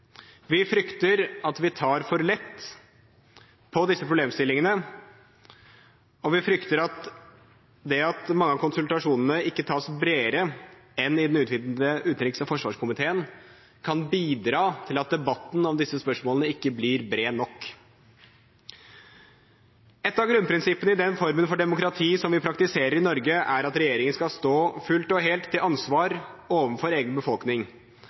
Vi frykter at vi tar for lett på disse problemstillingene, og vi frykter at det at mange av konsultasjonene ikke tas bredere enn i den utvidede utenriks- og forsvarskomité, kan bidra til at debatten om disse spørsmålene ikke blir bred nok. Et av grunnprinsippene i den formen for demokrati som vi praktiserer i Norge, er at regjeringen skal stå fullt og helt til ansvar overfor egen befolkning.